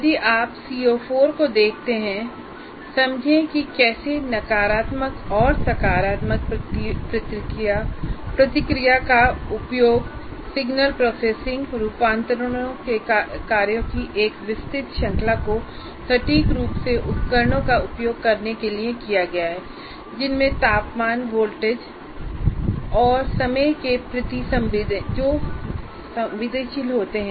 यदि आप CO4 को देखते हैं समझें कि कैसे नकारात्मक और सकारात्मक प्रतिक्रिया का उपयोग सिग्नल प्रोसेसिंग और रूपांतरण कार्यों की एक विस्तृत श्रृंखला को सटीक रूप से उपकरणों का उपयोग करने के लिए किया जा सकता है जिनमें तापमान वोल्टेज और समय के प्रति संवेदनशील होते हैं